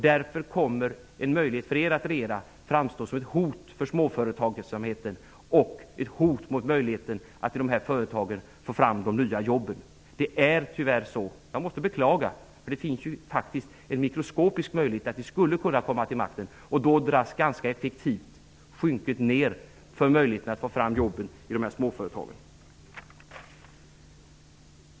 Därför kommer en möjlighet för er att regera att framstå som ett hot för småföretagsamheten och ett hot mot möjligheten att i de här företagen få fram de nya jobben. Det är tyvärr så. Jag måste beklaga. Det finns faktiskt en mikroskopisk möjlighet att ni skulle kunna komma till makten. Då dras ganska effektivt skynket ned för möjligheten att få fram jobben i de här småföretagen.